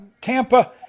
Tampa